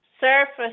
Surface